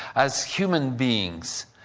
as human beings,